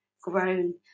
grown